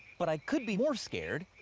but i could be more scared.